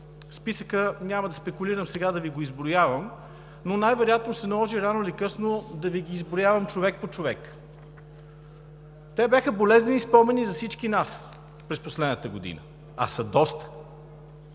Списъкът – няма да спекулирам сега да Ви го изброявам, но най-вероятно ще се наложи рано или късно да Ви изброявам човек по човек. Бяха болезнени спомени за всички нас през последната година, а са доста.